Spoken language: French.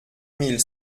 mille